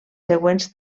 següents